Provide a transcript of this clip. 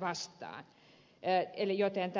varten